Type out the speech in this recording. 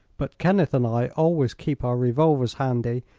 but kenneth and i always keep our revolvers handy,